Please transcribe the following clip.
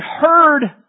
heard